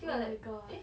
oh my god